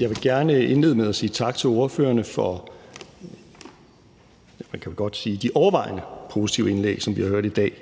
Jeg vil gerne indlede med at sige tak til ordførerne for de, man kan vel godt sige overvejende positive indlæg, som vi har hørt i dag.